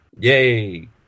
Yay